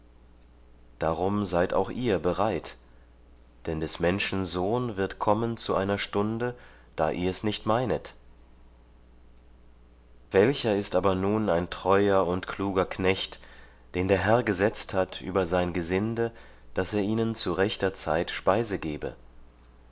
darum seid ihr auch bereit denn des menschen sohn wird kommen zu einer stunde da ihr's nicht meinet welcher ist aber nun ein treuer und kluger knecht den der herr gesetzt hat über sein gesinde daß er ihnen zu rechter zeit speise gebe